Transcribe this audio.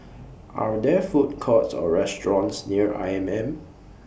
Are There Food Courts Or restaurants near I M M